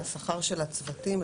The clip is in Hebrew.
לשכר של הצוותים,